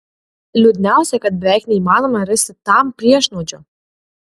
liūdniausia kad beveik neįmanoma rasti tam priešnuodžio